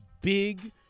big